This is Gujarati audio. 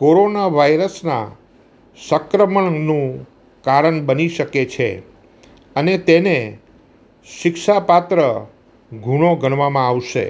કોરોના વાયરસના સંક્રમણનું કારણ બની શકે છે અને તેને શિક્ષાપાત્ર ગુનો ગણવામાં આવશે